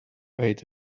ate